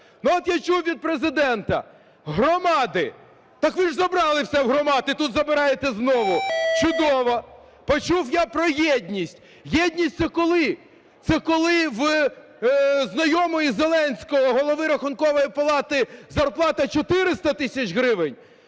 Ну, от я чув від Президента: громади. Так ви ж забрали все в громад і тут забираєте знову. Чудово. Почув я про єдність. Єдність – це коли? Це коли в знайомої Зеленського Голови Рахункової палати зарплата 400 тисяч гривень,